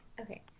okay